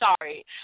sorry